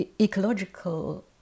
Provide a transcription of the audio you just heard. ecological